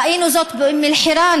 ראינו זאת באום אל-חיראן,